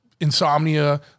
insomnia